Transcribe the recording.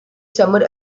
summer